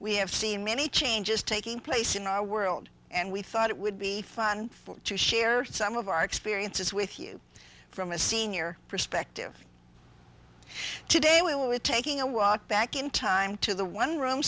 we have seen many changes taking place in our world and we thought it would be fun to share some of our experiences with you from a senior perspective today with taking a walk back in time to the one room